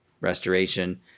restoration